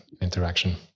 interaction